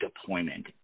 deployment